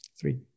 three